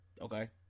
okay